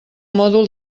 mòdul